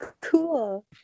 Cool